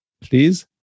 please